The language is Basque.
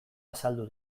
azaldu